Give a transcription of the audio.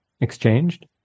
exchanged